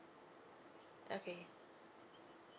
okay